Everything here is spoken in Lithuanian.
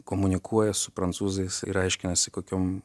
komunikuoja su prancūzais ir aiškinasi kokiom